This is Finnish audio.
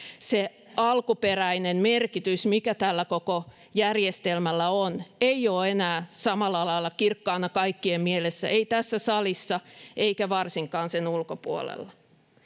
se alkuperäinen merkitys mikä tällä koko järjestelmällä on ei ole enää samalla lailla kirkkaana kaikkien mielessä ei tässä salissa eikä varsinkaan sen ulkopuolella